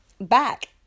back